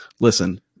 listen